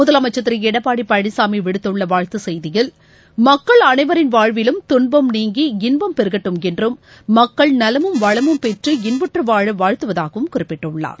முதலமைச்சர் திரு எடப்பாடி பழனிசாமி விடுத்துள்ள வாழ்த்து செய்தியில் மக்கள் அனைவரின் வாழ்விலும் துன்பம் நீங்கி இன்பம் பெருகட்டும் என்றும் மக்கள் நலமும் வளமும் பெற்று இன்புற்று வாழ வாழ்த்துவதாகவும் குறிப்பிட்டுள்ளார்